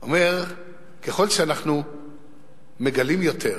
הוא אומר: ככל שאנחנו מגלים יותר,